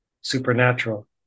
supernatural